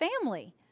family